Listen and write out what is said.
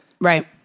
right